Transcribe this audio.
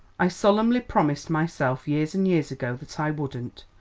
i solemnly promised myself years and years ago that i wouldn't.